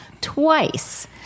twice